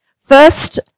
First